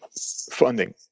funding